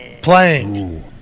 Playing